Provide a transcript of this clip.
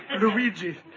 Luigi